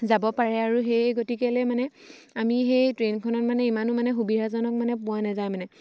যাব পাৰে আৰু সেই গতিকেলে মানে আমি সেই ট্ৰেইনখনত মানে ইমানো মানে সুবিধাজনক মানে পোৱা নাযায় মানে